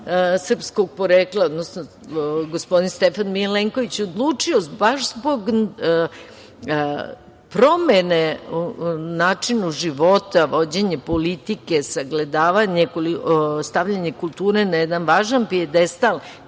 srpskog porekla, gospodin Stefan Milenković odlučio baš zbog promene u načinu života, vođenju politike, sagledavanje, stavljanje kulture na jedan važan pijadestal